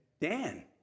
Dan